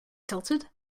tilted